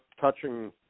touching